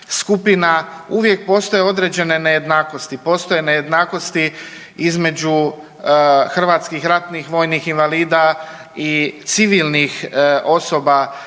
Uvijek postoje određene nejednakosti. Postoje nejednakosti između hrvatskih ratnih vojnih invalida i civilnih osoba